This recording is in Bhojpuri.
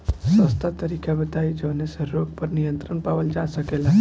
सस्ता तरीका बताई जवने से रोग पर नियंत्रण पावल जा सकेला?